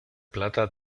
plata